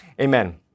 Amen